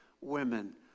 women